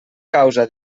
causa